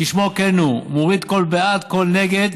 כשמו כן הוא: מוריד קול בעד וקול נגד,